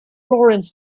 lawrence